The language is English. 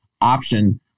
option